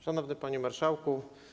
Szanowny Panie Marszałku!